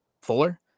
Fuller